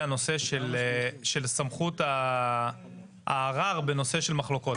הנושא של סמכות של הערר בנושא של מחלוקות.